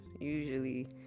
usually